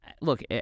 Look